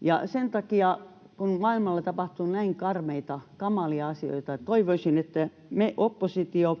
Ja sen takia kun maailmalla tapahtuu näin karmeita, kamalia asioita, toivoisin, että te, oppositio,